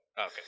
Okay